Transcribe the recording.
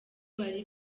bari